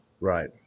Right